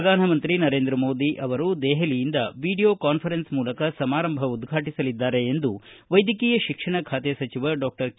ಪ್ರಧಾನಮಂತ್ರಿ ನರೇಂದ್ರ ಮೋದಿ ಅವರು ದೆಹಲಿಯಿಂದ ವಿಡಿಯೋ ಕಾನ್ವರೆನ್ಸ್ ಮೂಲಕ ಸಮಾರಂಭ ಉದ್ಘಾಟಿಸಲಿದ್ದಾರೆ ಎಂದು ವೈದ್ಯಕೀಯ ಶಿಕ್ಷಣ ಖಾತೆ ಸಚಿವ ಡಾಕ್ಟರ್ ಕೆ